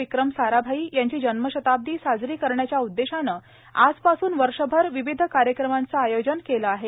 विक्रम साराभाई यांची जन्मशताब्दी साजरी करण्याच्या उद्देशानं आजपासून वर्षभर विविध कार्यक्रमांचं आयोजन केलं आहे